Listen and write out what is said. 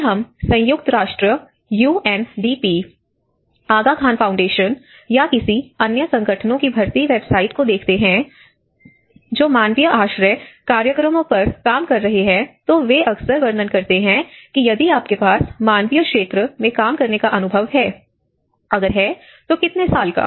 यदि हम संयुक्त राष्ट्र यूएनडीपी आगा खान फाउंडेशन या किसी अन्य संगठनों की भर्ती वेबसाइट को देखते हैं जो मानवीय आश्रय कार्यक्रमों पर काम कर रहे हैं तो वे अक्सर वर्णन करते हैं कि यदि आपके पास मानवीय क्षेत्र में काम करने का अनुभव है अगर है तो कितने साल का